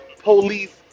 police